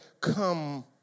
come